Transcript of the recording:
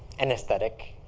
and aesthetic